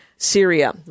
Syria